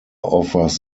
offers